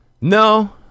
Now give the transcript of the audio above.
No